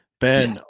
Ben